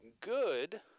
good